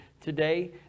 today